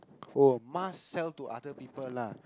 oh must sell to other people lah